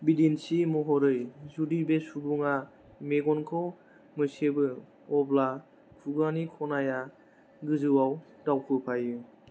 बिदिन्थि महरै जुदि बे सुबुङा मेगनखौ मोसेबो अब्ला खुगानि खनाया गोजौआव दावखोफायो